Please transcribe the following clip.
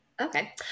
Okay